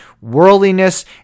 worldliness